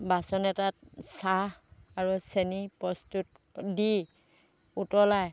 বাচন এটাত চাহ আৰু চেনি প্ৰস্তুত দি উতলাই